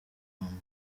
wambaye